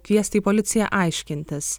kviesti į policiją aiškintis